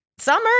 Summer